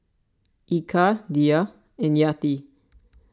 Eka Dhia and Yati